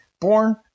born